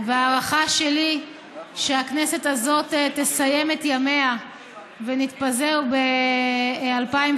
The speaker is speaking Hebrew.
וההערכה שלי היא שהכנסת הזאת תסיים את ימיה ונתפזר ב-2019,